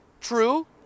true